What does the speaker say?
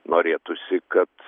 norėtųsi kad